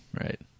right